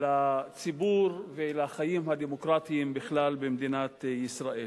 לציבור ולחיים הדמוקרטיים בכלל במדינת ישראל.